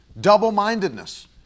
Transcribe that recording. double-mindedness